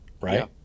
right